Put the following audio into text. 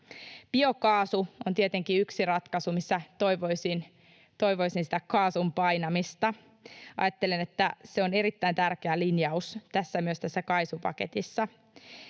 Biokaasu on tietenkin yksi ratkaisu, missä toivoisin sitä kaasun painamista. Ajattelen, että se on erittäin tärkeä linjaus myös tässä KAISU-paketissa.